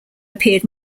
appeared